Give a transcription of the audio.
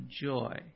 joy